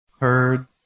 heard